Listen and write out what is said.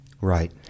right